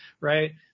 right